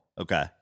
Okay